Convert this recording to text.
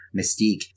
Mystique-